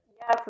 Yes